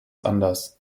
anders